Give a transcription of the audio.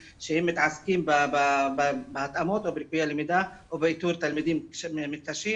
שמתעסקים בהתאמות או בליקויי למידה או באיתור תלמידים שמתקשים,